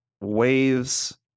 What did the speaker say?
Waves